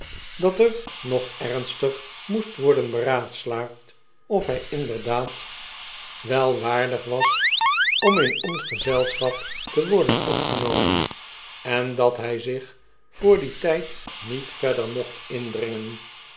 dat er nog ernstig moest worden beraadslaagd of hy inderdaad wel waardig was om in ons gezelschap te worden opgenomen en dat hy zich voor dien tydniet verder mocht indringen